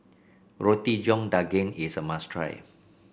Roti John Daging is a must try